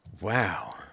Wow